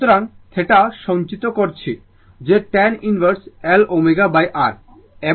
সুতরাং θ সংজ্ঞায়িত করেছি যে tan ইনভার্স L ω R